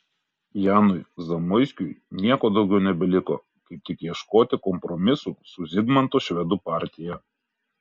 janui zamoiskiui nieko daugiau nebeliko kaip tik ieškoti kompromisų su zigmanto švedų partija